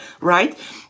right